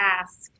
ask